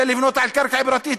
אלא לבנות על קרקע פרטית.